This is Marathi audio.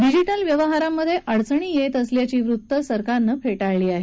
डिजीटल व्यवहारांमधे अडचणी येत असल्याची वृत्त सरकारनं फेटाळली आहेत